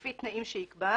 לפי תנאים שיקבע,